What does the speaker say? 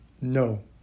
No